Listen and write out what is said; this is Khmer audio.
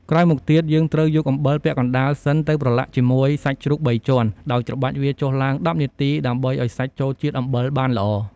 ក្រោយមកទៀត យើងត្រូវយកអំបិលពាក់កណ្ដាលសិនទៅប្រឡាក់ជាមួយសាច់ជ្រូកបីជាន់ ដោយច្របាច់វាចុះឡើង១០នាទី ដើម្បីឱ្យសាច់ចូលជាតិអំបិលបានល្អ។